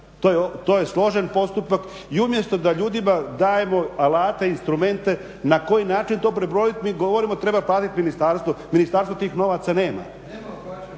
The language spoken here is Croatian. to je složen postupak i umjesto da ljudima dajemo alate, instrumente, na koji način to prebroditi, mi govorimo treba platiti ministarstvo. Ministarstvo tih novaca nema.